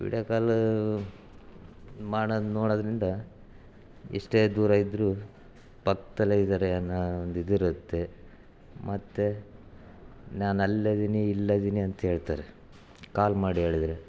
video ಕಾಲೂ ಮಾಡೋದು ನೋಡೋದ್ರಿಂದ ಎಷ್ಟೇ ದೂರ ಇದ್ದರೂ ಪಕ್ಕದಲ್ಲೇ ಇದ್ದಾರೆ ಅನ್ನೋ ಒಂದು ಇದಿರುತ್ತೆ ಮತ್ತೆ ನಾನು ಅಲ್ಲಿ ಅದೀನಿ ಇಲ್ಲಿ ಅದೀನಿ ಅಂತ ಹೇಳ್ತಾರೆ ಕಾಲ್ ಮಾಡಿ ಹೇಳಿದ್ರೆ